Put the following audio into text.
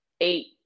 eight